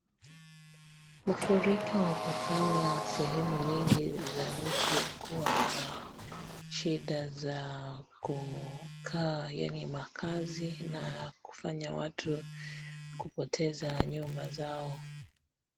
Mafuriko hufanya sehemu nyingi za nchi kuwa na shida za kukaa yani makazi na kufanya watu kupoteza nyumba zao.